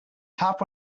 top